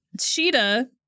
Sheeta